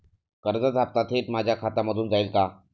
कर्जाचा हप्ता थेट माझ्या खात्यामधून जाईल का?